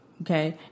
okay